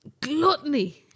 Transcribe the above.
gluttony